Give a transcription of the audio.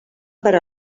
per